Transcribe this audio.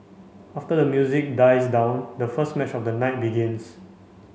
after the music dies down the first match of the night begins